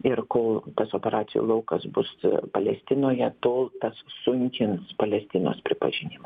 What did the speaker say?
ir kol tas operacijų laukas bus palestinoje tol tas sunkins palestinos pripažinimą